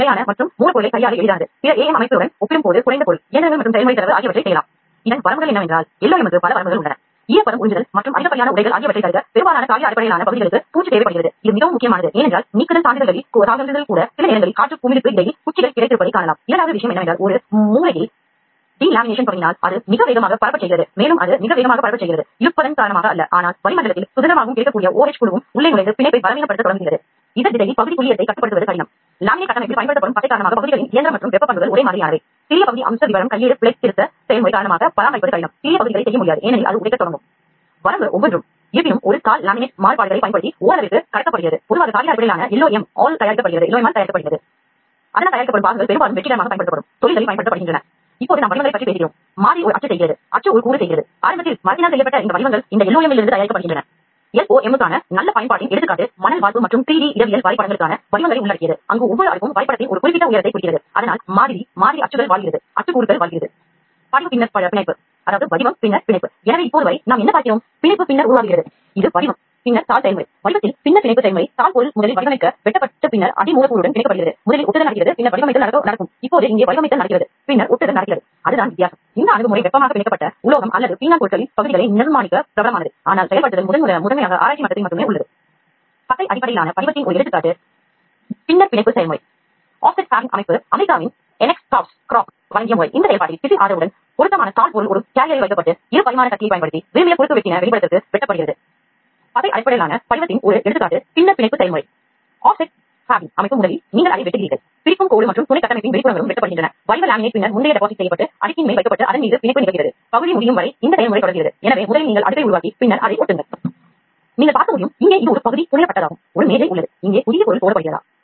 இதற்கான ஒப்புமை என்னவென்றால் நாம் ஃபெவிகோலை பசை உராய்வுத் தன்மையற்ற வளிமண்டலத்திற்கு வெளிப்படுத்தினால் அது வினை புரிகிறது பின்னர் அது திடப்படுத்துகிறது எனவே ஜெல் வடிவத்தில் அல்லது அரை திடவடிவத்தில் இருக்கும் பொருள்களை சில வகையான வேதியியல் செயல்முறைகளைப் பயன்படுத்துவதன்மூலம் அதை உலரக்கூடியதாக மாற்றலாம்